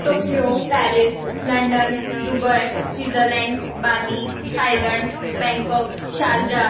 Tokyo Paris London Dubai Switzerland Bali Thailand Bangkok Sharjah